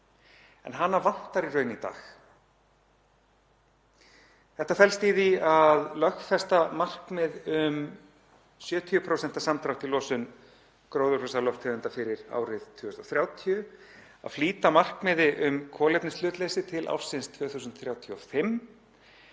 en hana vantar í rauninni í dag. Felst það í að lögfesta markmið um 70% samdrátt í losun gróðurhúsalofttegunda fyrir árið 2030, flýta markmiði um kolefnishlutleysi til ársins 2035